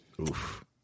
Oof